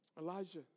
Elijah